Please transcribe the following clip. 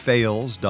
Fails